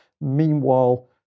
Meanwhile